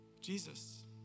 Jesus